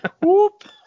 Whoop